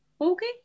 Okay